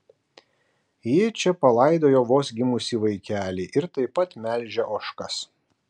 ji čia palaidojo vos gimusį vaikelį ir taip pat melžia ožkas